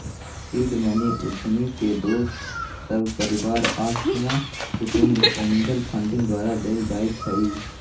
seed money उद्यमी के दोस सभ, परिवार, अत्मा कुटूम्ब, एंजल फंडिंग द्वारा देल जाइ छइ